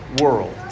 world